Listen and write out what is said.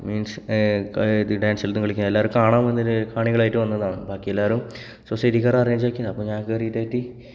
means ഇത് dance ഒന്നും കളിക്കാൻ എല്ലാവരും കാണാൻ വന്നു കാണികളായിട്ട് വന്നതാണ് ബാക്കി എല്ലാവരും സൊസൈറ്റിക്കാർ ആരെങ്കിലും ചോദിക്കും അപ്പോൾ ഞാൻ കയറിയിട്ട് ആയിട്ട്